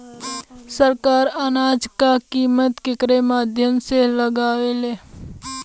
सरकार अनाज क कीमत केकरे माध्यम से लगावे ले?